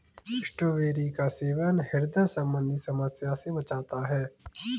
strawberry का सेवन ह्रदय संबंधी समस्या से बचाता है